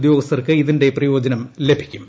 ഉദ്യോഗസ്ഥർക്ക് ഇതിന്റെ പ്രയോ ജനം ലഭിക്കും